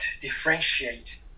differentiate